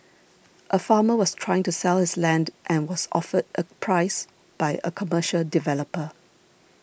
a farmer was trying to sell his land and was offered a price by a commercial developer